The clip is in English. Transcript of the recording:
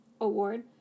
award